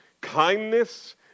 kindness